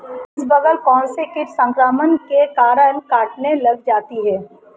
इसबगोल कौनसे कीट संक्रमण के कारण कटने लग जाती है?